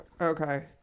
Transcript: Okay